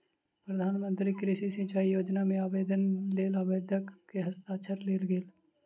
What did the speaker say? प्रधान मंत्री कृषि सिचाई योजना मे आवेदनक लेल आवेदक के हस्ताक्षर लेल गेल